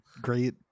great